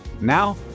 Now